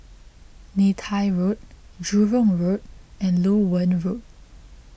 Neythai Road Jurong Road and Loewen Road